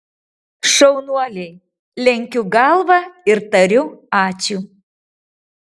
šaunuoliai lenkiu galvą ir tariu ačiū